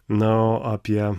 na o apie